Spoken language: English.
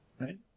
right